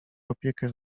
opiekę